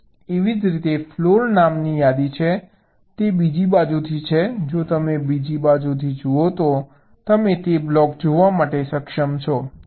એવી જ રીતે ફ્લોર નામની યાદી છે તે બીજી બાજુથી છે જો તમે બીજી બાજુથી જુઓ તો તમે તે બ્લોક જોવા માટે સક્ષમ છો